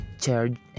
charge